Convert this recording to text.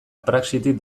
praxitik